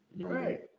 Right